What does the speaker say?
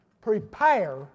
Prepare